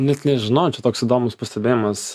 net nežinau čia toks įdomus pastebėjimas